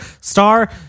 star